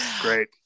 Great